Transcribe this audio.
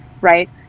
right